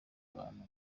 abantu